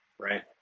Right